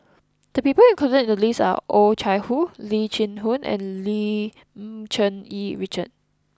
the people included in the list are Oh Chai Hoo Lee Chin Koon and Lim Cherng Yih Richard